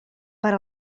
per